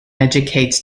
educates